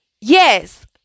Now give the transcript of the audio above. yes